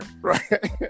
right